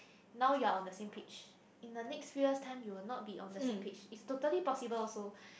now you're on the same page in the next few years time you will not on the same page it's totally possible also